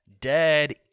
dead